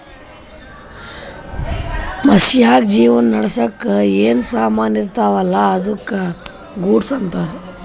ಮನ್ಶ್ಯಾಗ್ ಜೀವನ ನಡ್ಸಾಕ್ ಏನ್ ಸಾಮಾನ್ ಇರ್ತಾವ ಅಲ್ಲಾ ಅದ್ದುಕ ಗೂಡ್ಸ್ ಅಂತಾರ್